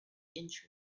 inch